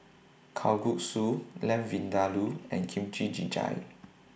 Kalguksu Lamb Vindaloo and Kimchi Jjigae